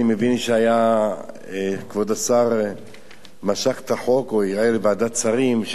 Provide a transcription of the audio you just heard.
אני מבין שכבוד השר משך את החוק או ערער לוועדת השרים,